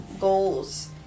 goals